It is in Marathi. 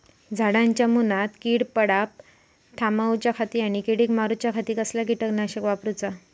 झाडांच्या मूनात कीड पडाप थामाउच्या खाती आणि किडीक मारूच्याखाती कसला किटकनाशक वापराचा?